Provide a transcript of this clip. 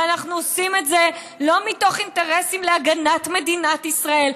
ואנחנו עושים את זה לא מתוך אינטרסים להגנת מדינת ישראל,